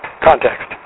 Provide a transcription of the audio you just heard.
context